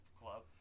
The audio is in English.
club